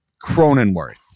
Cronenworth